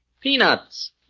Peanuts